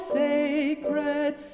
sacred